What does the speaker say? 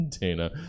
Dana